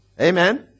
Amen